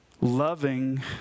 loving